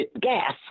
gas